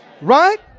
Right